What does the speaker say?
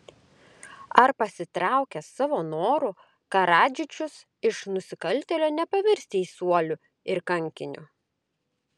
ar pasitraukęs savo noru karadžičius iš nusikaltėlio nepavirs teisuoliu ir kankiniu